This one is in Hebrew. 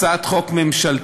הצעת חוק ממשלתית,